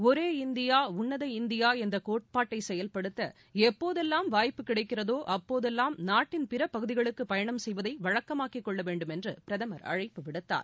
ஒரே இந்தியா உன்னத இந்தியா என்ற கோட்பாட்டை செயல்படுத்த எப்போதெல்லாம் வாய்ப்பு கிடைக்கிறதோ அப்போதெல்லாம் நாட்டின் பிற பகுதிகளுக்கு பயணம் செய்வதை வழக்கமாக்கிக் கொள்ள வேண்டும் என்று பிரதமர் அழைப்பு விடுத்தார்